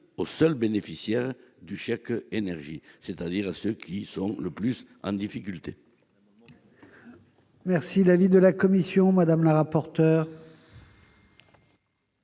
aux seuls bénéficiaires du chèque énergie, c'est-à-dire à ceux qui sont le plus en difficulté.